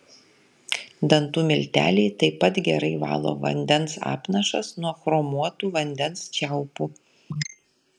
dantų milteliai taip pat gerai valo vandens apnašas nuo chromuotų vandens čiaupų